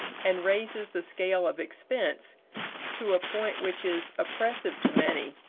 and raises the scale of expense to a point which is oppressive to many,